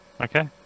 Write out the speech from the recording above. Okay